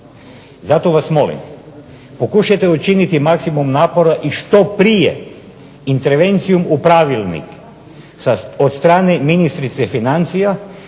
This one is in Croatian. Zato vas molim, pokušajte učiniti maksimum napora i što prije intervencijom u pravilnik od strane ministrice financija